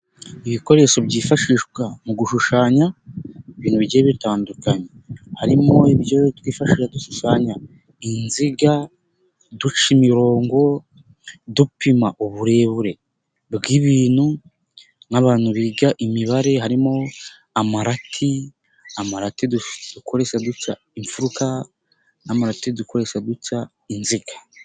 Ibikoresho byifashishwa mu gushushanya ibintu bigiye bitandukanye, harimo ibyo twifashisha dushushanya inziga, duca imirongo, dupima uburebure bw'ibintu, nk'abantu biga imibare, harimo amarati, amarati dukoresha duca imfuruka, n'amarati dukoresha duca inziga.